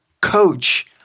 coach